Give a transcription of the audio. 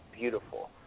beautiful